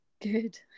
Good